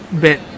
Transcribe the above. bit